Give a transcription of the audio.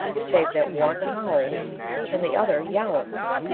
save that one howls and the other yowls,